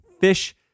fish